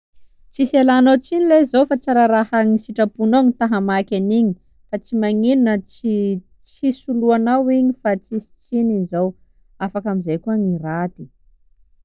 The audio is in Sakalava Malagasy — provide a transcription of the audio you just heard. Tsisy ialanao tsigny lehy zao fa tsy ra- raha ny sitraponao gny ta hamaky an'igny fa tsy magnino na tsy tsy soloanao igny fa tsisy tsiny igny zao, afaka amizay koa gny raty.